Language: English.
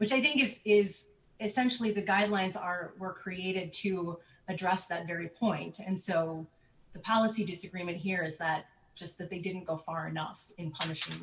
which i think is essentially the guidelines are were created to address that very point and so the policy disagreement here is that just that they didn't go far enough in punish